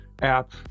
app